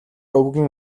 өвгөн